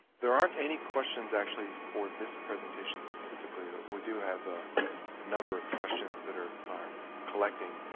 there aren't any questions, actually, for this presentation, specifically, we do have a number of questions that are are collecting,